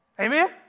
Amen